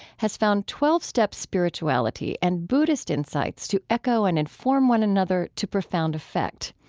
has found twelve steps spirituality and buddhist insights to echo and inform one another to profound effect.